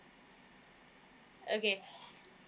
okay